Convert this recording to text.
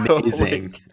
Amazing